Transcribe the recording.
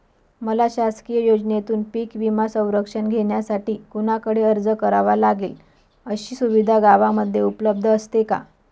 मला शासकीय योजनेतून पीक विमा संरक्षण घेण्यासाठी कुणाकडे अर्ज करावा लागेल? अशी सुविधा गावामध्ये उपलब्ध असते का?